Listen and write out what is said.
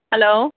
hello